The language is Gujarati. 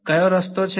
કયો રસ્તો છે